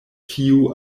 tiu